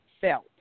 felt